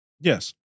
Yes